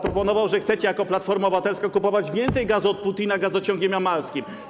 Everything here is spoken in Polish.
Powiedział, że chcecie jako Platforma Obywatelska kupować więcej gazu od Putina Gazociągiem Jamalskim.